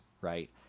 right